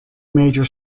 major